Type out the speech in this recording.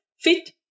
fit